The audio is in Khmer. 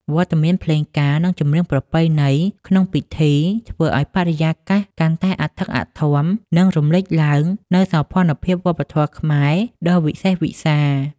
វត្តមានភ្លេងការ និងចម្រៀងប្រពៃណីក្នុងពិធី ធ្វើឱ្យបរិយាកាសកាន់តែអធិកអធម និងរំលេចឡើងនូវសោភ័ណភាពវប្បធម៌ខ្មែរដ៏វិសេសវិសាល ។